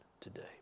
today